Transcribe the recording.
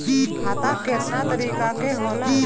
खाता केतना तरीका के होला?